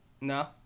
No